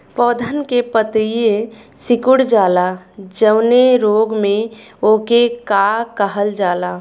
पौधन के पतयी सीकुड़ जाला जवने रोग में वोके का कहल जाला?